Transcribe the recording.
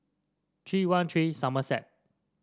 three one three Somerset